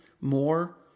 more